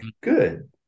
good